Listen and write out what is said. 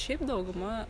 šiaip dauguma